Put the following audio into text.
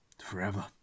forever